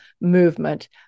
movement